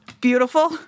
beautiful